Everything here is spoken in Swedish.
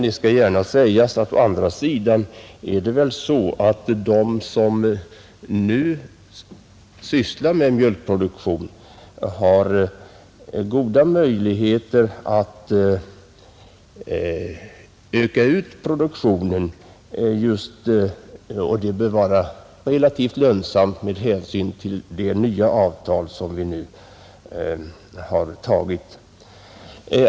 Jag skall å andra sidan gärna säga att de som sysslar med mjölkproduktion nu har goda möjligheter att utöka produktionen. Detta bör vara relativt lönsamt med hänsyn till det nya avtalet.